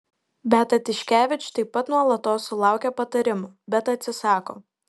beata tiškevič taip pat nuolatos sulaukia patarimų bet atsisako